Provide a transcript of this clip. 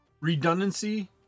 Redundancy